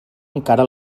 encara